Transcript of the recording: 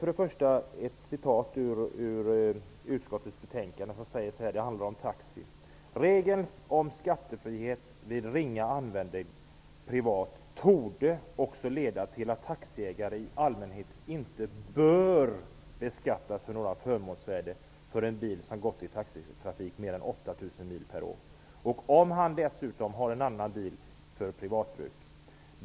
Först vill jag dock läsa ett citat ur utskottets betänkande som handlar om taxi: ''Regeln om skattefrihet vid ringa användning privat torde också leda till att en taxiägare i allmänhet inte bör beskattas för något förmånsvärde för en bil som gått i taxitrafik mer än 8 000 mil per år, om han dessutom har en annan bil för privatbruk.